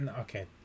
Okay